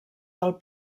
del